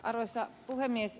arvoisa puhemies